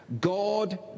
God